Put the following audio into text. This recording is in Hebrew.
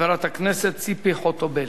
חברת הכנסת ציפי חוטובלי.